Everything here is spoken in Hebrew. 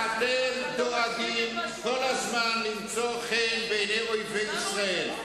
אתם דואגים כל הזמן למצוא חן בעיני אויבי ישראל.